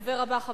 הדובר הבא,